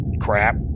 ...crap